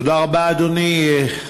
תודה רבה, אדוני.